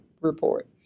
report